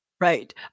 Right